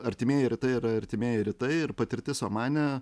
artimieji rytai yra artimieji rytai ir patirtis omane